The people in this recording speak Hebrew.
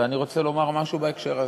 ואני רוצה לומר משהו בהקשר הזה.